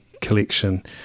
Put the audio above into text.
collection